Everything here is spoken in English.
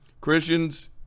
Christians